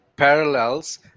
parallels